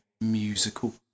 musical